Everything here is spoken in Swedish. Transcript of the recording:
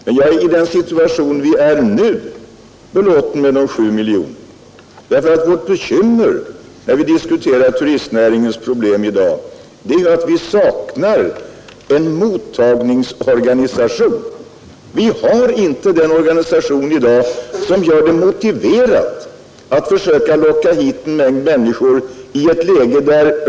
Men i den situation vi nu befinner oss är jag belåten med de 7 miljonerna, därför att vårt bekymmer när vi diskuterar turistnäringens problem i dag är att vi saknar en mottagningsorganisation. I dag har vi inte en organisation som gör det motiverat att försöka locka hit massor av turister.